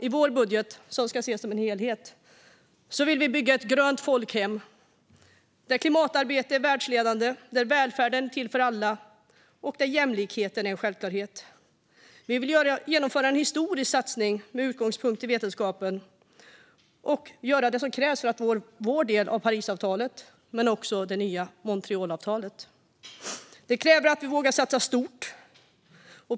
I vår budget, som ska ses som en helhet, vill vi bygga ett grönt folkhem där klimatarbetet är världsledande, där välfärden är till för alla och där jämlikhet är en självklarhet. Vi vill genomföra en historisk satsning med utgångspunkt i vetenskapen och göra det som krävs för att Sverige ska nå sin del av såväl Parisavtalet som det nya Montrealavtalet. Det kräver att man vågar satsa stort.